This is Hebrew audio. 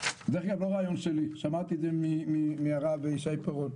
וזה לא רעיון שלי, שמעתי את זה מהרב שי פירון.